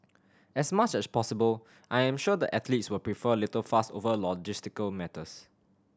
as much as possible I am sure the athletes will prefer little fuss over logistical matters